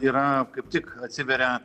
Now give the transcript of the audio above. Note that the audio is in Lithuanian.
yra kaip tik atsiveria